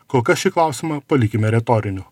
kol kas šį klausimą palikime retoriniu